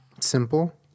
Simple